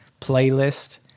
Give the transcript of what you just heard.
playlist